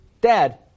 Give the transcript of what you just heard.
Dad